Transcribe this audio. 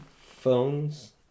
phones